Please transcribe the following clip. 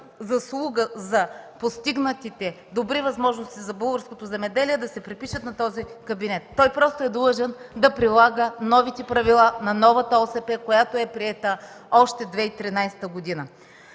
заслуга за постигнатите добри възможности за българското земеделие да се припишат на този кабинет. Той просто е длъжен да прилага новите правила на новата ОСП, която е приета още 2013 г.